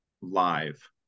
live